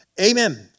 Amen